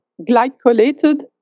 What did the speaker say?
glycolated